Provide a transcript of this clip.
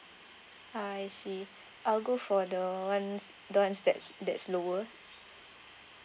ah I see I'll go for the the one that's that's lower